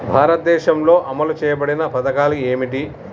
భారతదేశంలో అమలు చేయబడిన పథకాలు ఏమిటి?